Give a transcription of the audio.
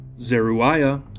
Zeruiah